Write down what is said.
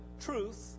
truth